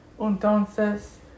entonces